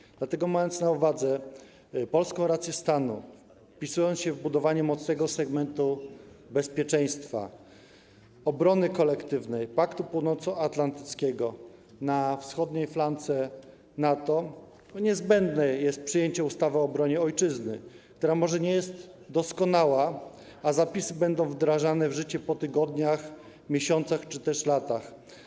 Dlatego niezbędne jest, mając na uwadze polską rację stanu, wpisując się w budowanie mocnego segmentu bezpieczeństwa, obrony kolektywnej Paktu Północnoatlantyckiego na wschodniej flance NATO, przyjęcie ustawy o obronie Ojczyzny, która może nie jest doskonała, a zapisy będą wdrażane w życie po tygodniach, miesiącach czy też latach.